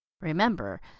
Remember